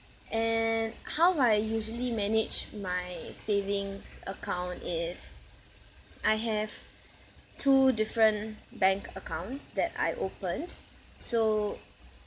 and how I usually manage my savings account is I have two different bank accounts that I opened so